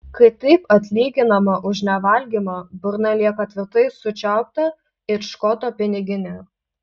kai taip atlyginama už nevalgymą burna lieka tvirtai sučiaupta it škoto piniginė